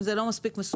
אם זה לא מספיק מסובך,